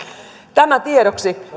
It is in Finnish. tämä tiedoksi